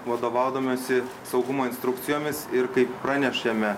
vadovaudamiesi saugumo instrukcijomis ir kaip pranešėme